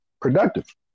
Productive